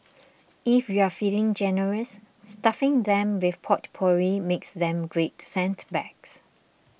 if you're feeling generous stuffing them with potpourri makes them great scent bags